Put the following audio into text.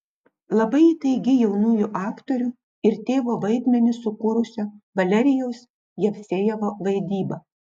labai įtaigi jaunųjų aktorių ir tėvo vaidmenį sukūrusio valerijaus jevsejevo vaidyba